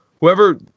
whoever